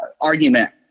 argument